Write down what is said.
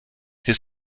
his